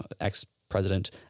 ex-president –